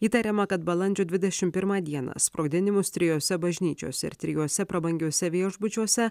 įtariama kad balandžio dvidešimt pirmą dieną sprogdinimus trijose bažnyčiose ir trijuose prabangiuose viešbučiuose